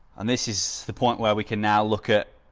and this is the point where we can now look at.